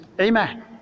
Amen